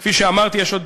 כפי שאמרתי, שיש עוד